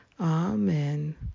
Amen